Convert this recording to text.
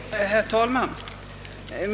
Herr talman!